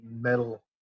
metal